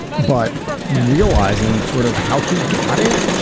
but realizing sort of how he got it,